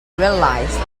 realized